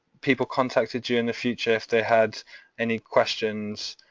people contacted you in the future if they had any questions,